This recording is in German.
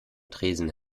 tresen